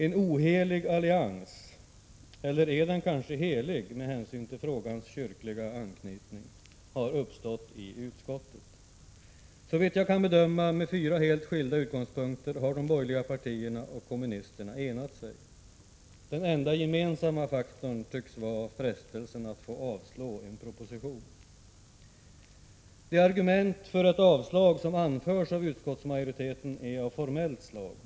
En ohelig allians — eller är den kanske helig med hänsyn till frågans kyrkliga anknytning? — har uppstått i utskottet. Såvitt jag kan bedöma från fyra helt skilda utgångspunkter har de borgerliga partierna och kommunisterna enat sig. Den enda gemensamma faktorn tycks ha varit frestélsen att få avslå en proposition. Det argument för ett avslag som anförs av utskottsmajoriteten är av formellt slag.